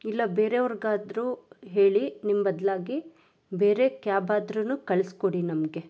ಇಲ್ಲ ಬೇರೆಯವ್ರಿಗಾದ್ರು ಹೇಳಿ ನಿಮ್ಮ ಬದಲಾಗಿ ಬೇರೆ ಕ್ಯಾಬ್ ಆದ್ರೂ ಕಳಿಸ್ಕೊಡಿ ನಮಗೆ